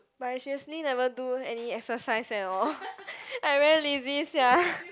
but I seriously never do any exercise at all I very lazy sia